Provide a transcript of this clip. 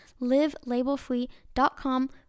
livelabelfree.com